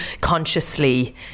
consciously